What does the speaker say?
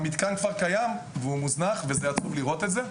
המתקן כבר קיים אבל הוא מוזנח ועצוב לראות את זה.